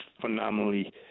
phenomenally